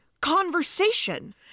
conversation